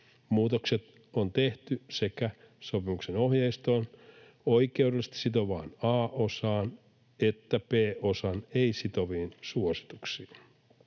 Muutokset on tehty sekä sopimuksen ohjeiston oikeudellisesti sitovaan A-osaan että B-osan ei-sitoviin suosituksiin.